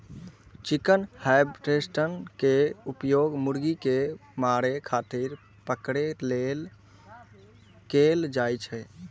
chicken harvester के उपयोग मुर्गी कें मारै खातिर पकड़ै लेल कैल जाइ छै